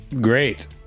Great